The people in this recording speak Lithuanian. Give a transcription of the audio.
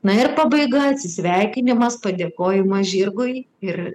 na ir pabaiga atsisveikinimas padėkojimas žirgui ir